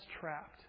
trapped